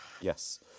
Yes